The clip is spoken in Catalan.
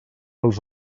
els